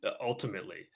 ultimately